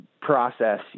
process